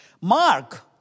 Mark